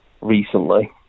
recently